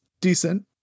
decent